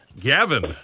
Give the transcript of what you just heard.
Gavin